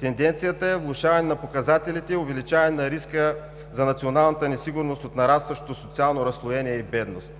Тенденцията е влошаване на показателите и увеличаване на риска за националната ни сигурност от нарастващото социално разслоение и бедност.